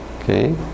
Okay